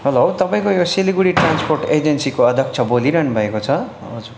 hello तपाईँको यो Silgadhi transport एजेन्सीको अध्यक्ष बोलिरहनु भएको छ हजुर